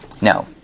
No